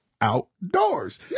Outdoors